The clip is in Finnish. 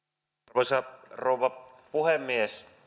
arvoisa rouva puhemies